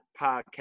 podcast